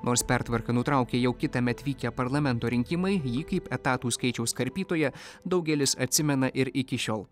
nors pertvarką nutraukė jau kitąmet vykę parlamento rinkimai jį kaip etatų skaičiaus karpytoją daugelis atsimena ir iki šiol